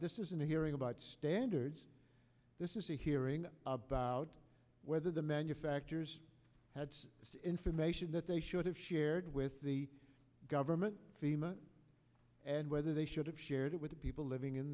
this isn't a hearing about standards this is a hearing about whether the manufacturers had this information that they should have shared with the government fema and whether they should have shared it with people living in